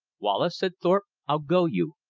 wallace, said thorpe, i'll go you.